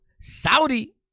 Saudi